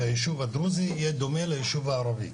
שהיישוב הדרוזי יהיה דומה ליישוב הערבי.